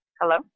hello